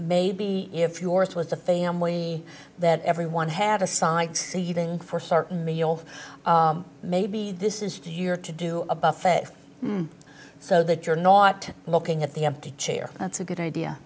maybe if yours was a family that everyone had assigned seating for certain meal maybe this is the year to do a buffet so that you're not looking at the empty chair that's a good idea